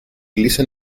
listen